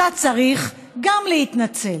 גם אתה צריך להתנצל.